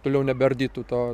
toliau nebeardytų to